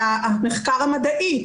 על המחקר המדעי.